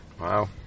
Wow